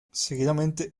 seguidamente